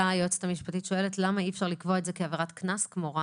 היועצת המשפטית שואלת למה אי אפשר לקבוע את זה כעבירת קנס כמו רעש?